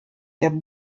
der